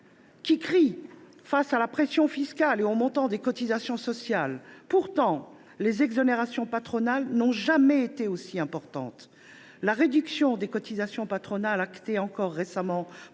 dénonce pression fiscale et montant des cotisations sociales. Pourtant, les exonérations patronales n’ont jamais été aussi importantes ! La réduction des cotisations patronales, actée encore récemment